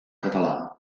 català